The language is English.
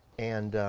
and